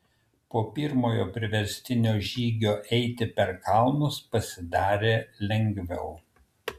po pirmojo priverstinio žygio eiti per kalnus pasidarė lengviau